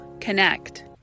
connect